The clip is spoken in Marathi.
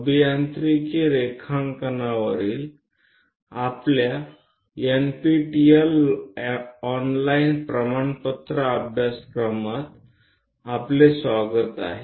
अभियांत्रिकी रेखांकनावरील आपल्या एनपीटीईएल ऑनलाइन प्रमाणपत्र अभ्यासक्रमात आपले स्वागत आहे